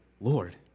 Lord